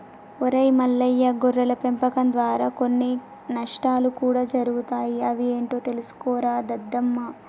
ఒరై మల్లయ్య గొర్రెల పెంపకం దారా కొన్ని నష్టాలు కూడా జరుగుతాయి అవి ఏంటో తెలుసుకోరా దద్దమ్మ